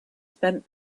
spent